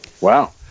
Wow